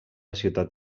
ciutat